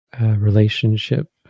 relationship